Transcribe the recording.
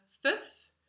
fifth